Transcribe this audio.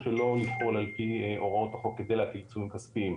שלא לפעול על פי הוראות החוק כי להטיל עיצומים כספיים.